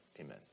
amen